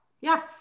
yes